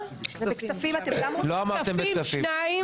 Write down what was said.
בכספים שניים.